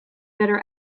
better